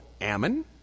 Ammon